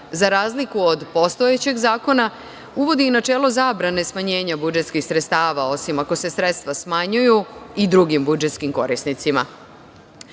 za razliku od postojećeg zakona, uvodi i načelo zabrane smanjenja budžetskih sredstava, osim ako se sredstva smanjuju i drugim budžetskim korisnicima. Na